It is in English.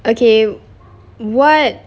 okay what